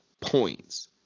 points